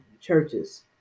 churches